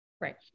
right